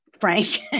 Frank